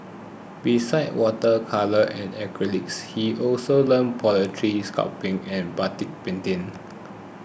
besides water colour and acrylics he also learnt pottery sculpting and batik painting